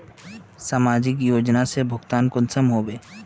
समाजिक योजना से भुगतान कुंसम होबे?